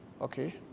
okay